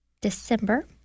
December